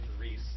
Reese